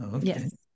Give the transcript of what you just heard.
Yes